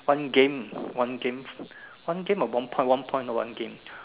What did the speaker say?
one game one game one game or one point one point or one game